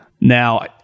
Now